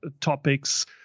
topics